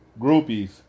Groupies